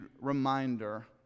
reminder